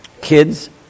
kids